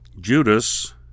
Judas